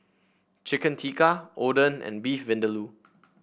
Chicken Tikka Oden and Beef Vindaloo